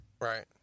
right